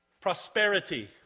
prosperity